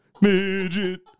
midget